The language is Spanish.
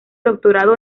doctorado